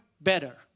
better